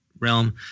realm